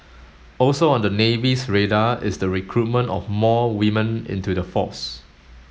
also on the Navy's radar is the recruitment of more women into the force